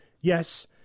Yes